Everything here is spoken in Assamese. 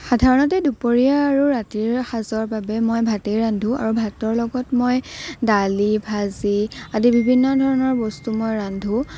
সাধাৰণতে দুপৰীয়া আৰু ৰাতিৰ সাজৰ বাবে মই ভাতেই ৰান্ধোঁ আৰু ভাতৰ লগত মই দালি ভাজি আদি বিভিন্ন ধৰণৰ বস্তু মই ৰান্ধোঁ